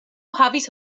havis